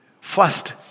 first